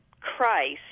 Christ